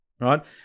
right